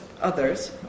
others